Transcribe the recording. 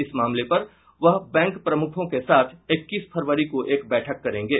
इस मामले पर वह बैंक प्रमुखों के साथ इक्कीस फरवरी को एक बैठक करेंगे